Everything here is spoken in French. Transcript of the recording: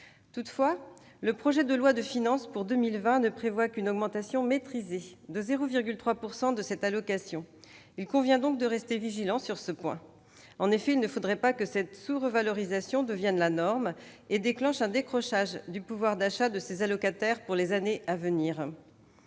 Toutefois, le projet de loi de finances pour 2020 ne prévoit qu'une « augmentation maîtrisée » de 0,3 % de cette allocation. Il convient donc de rester vigilant sur ce point. En effet, il ne faudrait pas que cette sous-revalorisation devienne la norme et déclenche un décrochage du pouvoir d'achat de ces allocataires pour les années à venir.